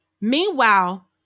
Meanwhile